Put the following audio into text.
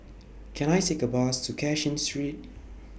Can I Take A Bus to Cashin Street